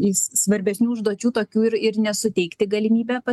svarbesnių užduočių tokių ir nesuteikti galimybe pasinaudoti